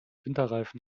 winterreifen